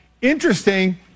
Interesting